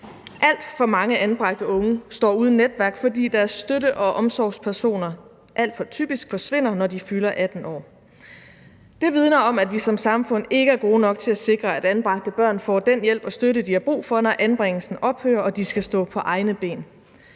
Alt for mange anbragte unge står uden netværk, fordi deres støtte- og omsorgspersoner alt for typisk forsvinder, når de fylder 18 år. Det vidner om, at vi som samfund ikke er gode nok til at sikre, at anbragte børn får den hjælp og støtte, de har brug for, når anbringelsen ophører og de skal stå på egne ben.